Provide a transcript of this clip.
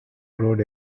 road